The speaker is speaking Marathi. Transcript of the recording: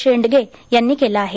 शेडगे यांनी केलं आहे